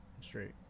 straight